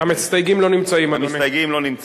המסתייגים לא נמצאים,